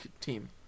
team